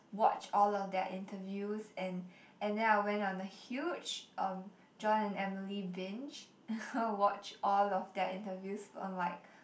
watch all of their interviews and and then I went on a huge um Jon and Emily binge watch all of their interviews for like